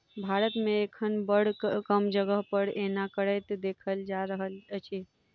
भारत मे एखन बड़ कम जगह पर एना करैत देखल जा रहल अछि